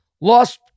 lost